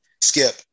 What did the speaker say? skip